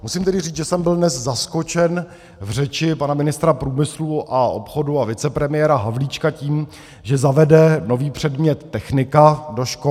Musím tedy říct, že jsem byl dnes zaskočen v řeči pana ministra průmyslu a obchodu a vicepremiéra Havlíčka tím, že zavede nový předmět technika do škol.